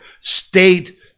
state